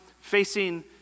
facing